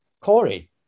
Corey